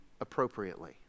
appropriately